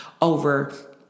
over